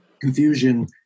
Confusion